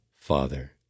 Father